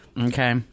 Okay